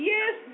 Yes